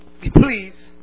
Please